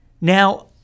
now